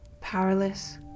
powerless